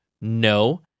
No